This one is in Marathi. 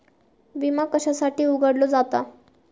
विमा कशासाठी उघडलो जाता?